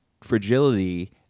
fragility